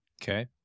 Okay